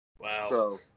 wow